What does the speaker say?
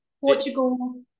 Portugal